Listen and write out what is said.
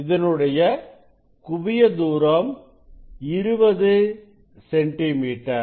இதனுடைய குவிய தூரம் 20 சென்டிமீட்டர்